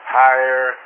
higher